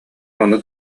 ону